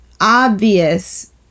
obvious